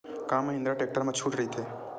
का महिंद्रा टेक्टर मा छुट राइथे?